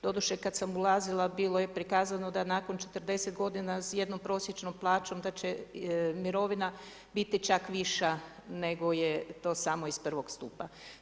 Doduše kad sam ulazila bilo je prikazano da nakon 40 godina s jednom prosječnom plaćom da će mirovina biti čak viša nego je to samo iz I. stupa.